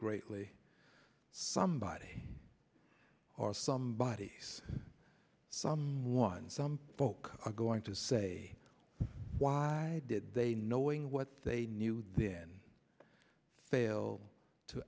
greatly somebody or somebody else someone some folk are going to say why did they knowing what they knew then fail to